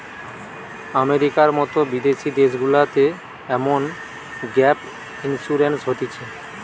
আমেরিকার মতো বিদেশি দেশগুলাতে এমন গ্যাপ ইন্সুরেন্স হতিছে